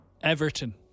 Everton